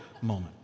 moment